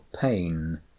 pain